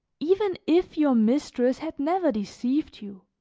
even if your mistress had never deceived you,